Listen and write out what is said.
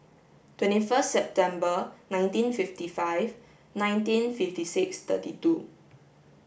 twenty first September nineteen fifty five nineteen fifty six thirty two